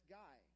guy